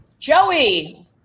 Joey